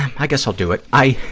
i guess i'll do it. i,